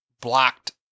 blocked